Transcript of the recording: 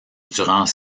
durant